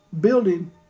building